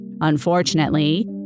Unfortunately